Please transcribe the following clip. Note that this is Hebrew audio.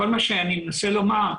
כל מה שאני מנסה לומר,